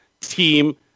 team